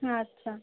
হ্যাঁ হ্যাঁ